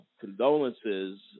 condolences